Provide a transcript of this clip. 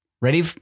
Ready